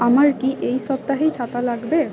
আমার কি এই সপ্তাহেই ছাতা লাগবে